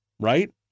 Right